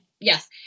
Yes